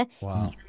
Wow